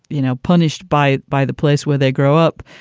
you know, punished by by the place where they grow up,